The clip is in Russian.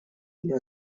для